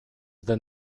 then